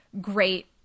great